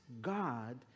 God